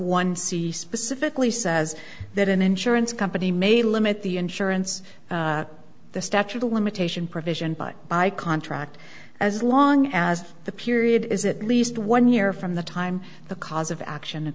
c specifically says that an insurance company may limit the insurance the statute of limitation provision by by contract as long as the period is at least one year from the time the cause of action a